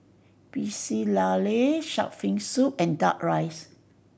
Pecel Lele shark fin soup and Duck Rice